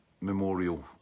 Memorial